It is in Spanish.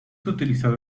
utilizado